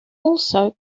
also